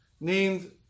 named